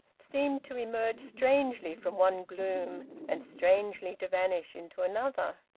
seemed to emerge strangely from one gloom and strangely to vanish into another.